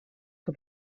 que